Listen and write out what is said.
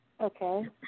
Okay